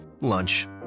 lunch